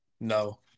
No